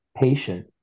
patient